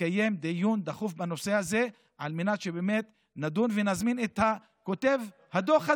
לקיים דיון דחוף בנושא הזה על מנת שבאמת נדון ונזמין את כותב הדוח הזה.